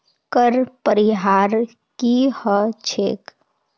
कर परिहार की ह छेक